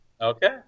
Okay